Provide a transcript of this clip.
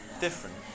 different